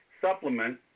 supplement